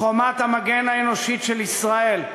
חומת המגן האנושית של ישראל,